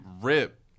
rip